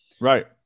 right